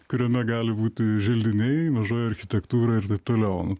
kuriame gali būti želdiniai mažoji architektūra ir taip toliau